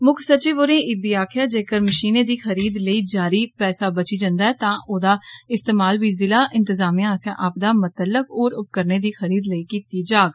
मुक्ख सचिव होरें इब्बी आक्खेआ जेकर मशीनें दी खरीद लेई जारी पैसा बची जंदा ऐ तां ओह्दा इस्तेमाल बी जिला इंतजामिया आसेआ आपदा मतल्लक होर उपकरणें दी खरीद लेई कीता जाग